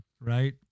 Right